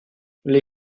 les